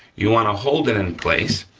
you wanna hold it in place,